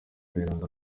kayiranga